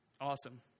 Awesome